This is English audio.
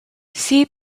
see